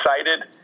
excited